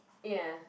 ya